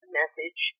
message